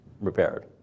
repaired